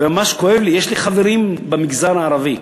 וממש כואב לי, יש לי חברים במגזר הערבי,